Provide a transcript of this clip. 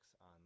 on